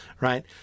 right